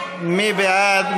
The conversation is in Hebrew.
מי בעד?